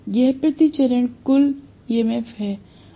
यह प्रति चरण कुल EMF है